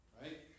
Right